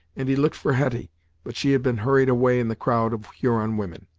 and he looked for hetty but she had been hurried away in the crowd of huron women.